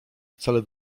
wcale